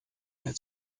mehr